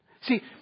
See